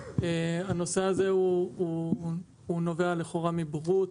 הנושא הזה הוא נובע לכאורה מבורות,